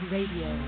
Radio